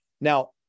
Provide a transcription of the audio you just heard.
Now